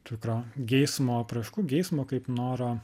tikro geismo apraiškų geismo kaip noro